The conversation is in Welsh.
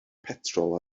petrol